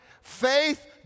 Faith